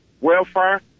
welfare